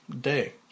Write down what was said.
Day